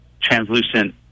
translucent